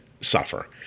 suffer